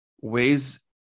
ways